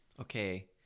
Okay